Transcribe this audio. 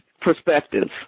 perspectives